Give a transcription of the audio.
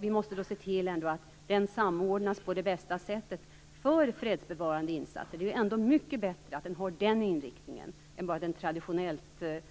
Vi måste då se till att den samordnas på bästa sätt för fredsbevarande insatser. Det är ändå mycket bättre att den har den inriktningen än bara ett traditionellt